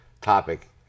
topic